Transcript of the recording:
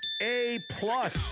A-plus